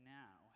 now